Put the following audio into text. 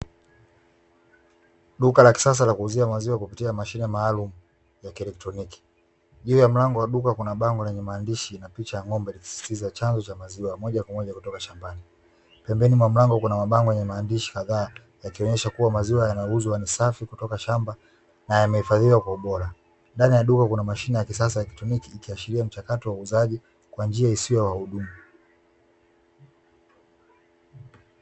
Duka la kisasa la kuuzia maziwa kupitia mashine maalumu ya kielektroniki. Juu ya mlango wa duka kuna bango lenye maandishi na picha ya ng'ombe, likisisitiza chanzo cha maziwa moja kwa moja kutoka shambani. Pembeni mwa mlango kuna mabango yenye maandishi kadhaa, yakionyesha kuwa maziwa yanayouzwa ni safi kutoka shamba na yamehifadhiwa kwa ubora. Ndani ya duka kuna mashine ya kisasa ya kielektroniki, ikiashiria mchakato wa uuzaji kwa njia isiyo ya wahudumu.